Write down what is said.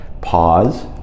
pause